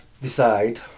decide